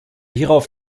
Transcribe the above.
hierauf